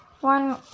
One